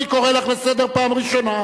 אני קורא אותך לסדר פעם ראשונה.